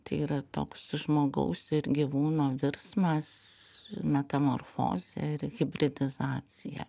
tai yra toks žmogaus ir gyvūno virsmas metamorfozė ir hibridizacija